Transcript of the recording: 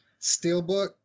steelbook